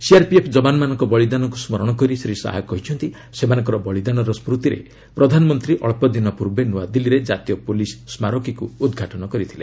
CRPF ଯବାମାନଙ୍କ ବଳିଦାନକୁ ସ୍କରଣ କରି ଶ୍ରୀ ଶାହା କହିଛନ୍ତି ସେମାନଙ୍କର ବଳିଦାନର ସ୍କୃତିରେ ପ୍ରଧାନମନ୍ତ୍ରୀ ଅକ୍ଷ ଦିନ ପୂର୍ବେ ନୂଆଦିଲ୍ଲୀରେ ଜାତୀୟ ପୁଲିସ୍ ସ୍ମାରକୀକୁ ଉଦ୍ଘାଟନ କରିଛନ୍ତି